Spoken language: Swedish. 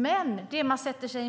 Men det man motsätter sig